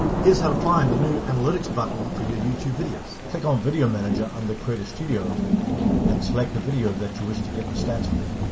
here's how to find the new analytics button for your youtube videos. click on video manager on the creator studio and select the video that you wish to get the stats for.